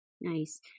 Nice